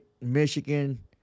Michigan